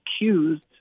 accused